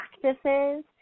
practices